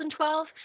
2012